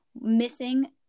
missing